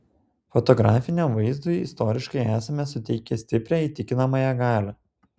fotografiniam vaizdui istoriškai esame suteikę stiprią įtikinamąją galią